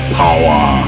power